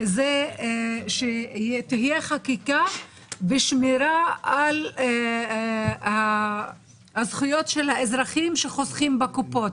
זה שתהיה חקיקה ושמירה על הזכויות של האזרחים שחוסכים בקופות.